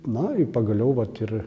nai pagaliau vat ir